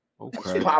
Okay